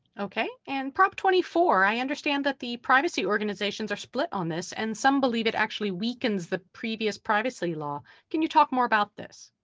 okay and prop twenty four i understand that the privacy organizations are split on this and some believe it actually weakens the previous privacy law. can you talk more about this?